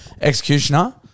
Executioner